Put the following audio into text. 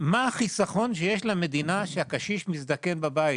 את החסכון שיש למדינה מכך שהקשיש מזדקן בבית.